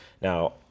now